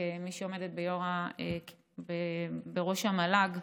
כמי שעומדת בראש המל"ג.